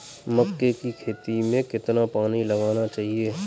मक्के की खेती में कितना पानी लगाना चाहिए?